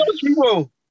people